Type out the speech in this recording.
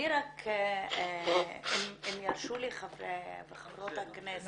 אם ירשו לי חברי וחברות הכנסת